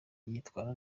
yitwara